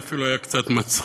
זה אפילו היה קצת מצחיק.